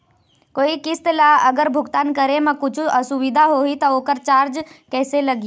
कोई किस्त ला अगर भुगतान करे म कुछू असुविधा होही त ओकर चार्ज कैसे लगी?